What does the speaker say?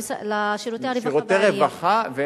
לשירותי הרווחה בעירייה.